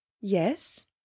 Yes